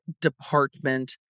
Department